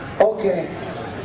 Okay